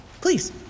Please